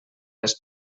les